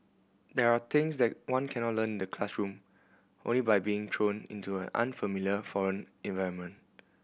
there are things that one cannot learn the classroom only by being thrown into an unfamiliar foreign environment